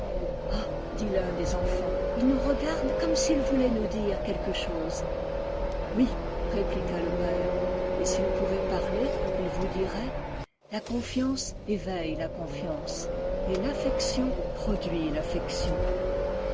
ah dit l'un des enfants ils nous regardent comme s'ils voulaient nous dire quelque chose oui répliqua le père et s'ils pouvaient parler ils vous diraient la confiance éveille la confiance et l'affection produit l'affection